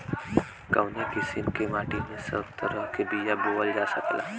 कवने किसीम के माटी में सब तरह के बिया बोवल जा सकेला?